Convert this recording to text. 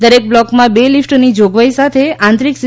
દરેક બ્લોકમાં બે લિફ્ટની જોગવાઈ સાથે આંતરિક સી